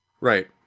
right